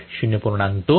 1 0